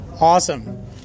awesome